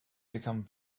become